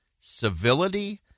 civility